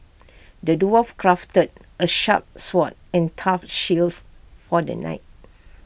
the dwarf crafted A sharp sword and A tough shields for the knight